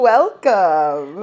Welcome